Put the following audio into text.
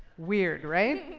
weird, right?